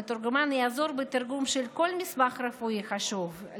המתורגמן יעזור בתרגום של כל מסמך רפואי חשוב,